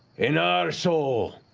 an arsehole.